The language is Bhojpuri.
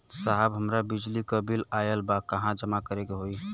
साहब हमार बिजली क बिल ऑयल बा कहाँ जमा करेके होइ?